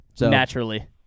Naturally